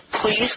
Please